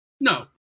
No